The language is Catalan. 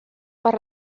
per